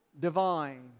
divine